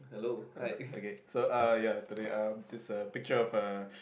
okay so uh ya today just a picture of a